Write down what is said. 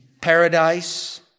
paradise